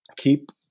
keep